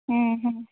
ହୁଁ ହୁଁ